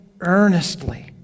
earnestly